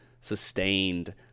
sustained